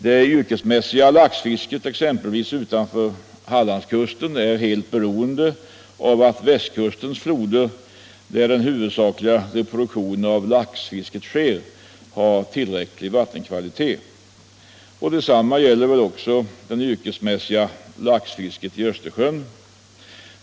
Det yrkesmässiga laxfisket utanför Hallandskusten är exempelvis helt beroende av att västkustens floder, där den huvudsakliga reproduktionen av laxen sker, har tillräcklig vattenkvalitet. Detsamma gäller det yrkesmässiga laxfisket i Östersjön.